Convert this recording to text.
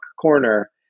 corner